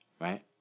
Right